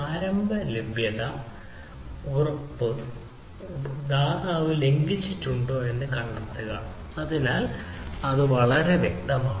പ്രാരംഭ ലഭ്യത ഉറപ്പ് ദാതാവ് ലംഘിച്ചിട്ടുണ്ടോയെന്ന് കണ്ടെത്തുക അതിനാൽ വളരെ വ്യക്തമാണ്